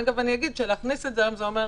אגב, להכניס את זה היום זה אומר